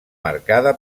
marcada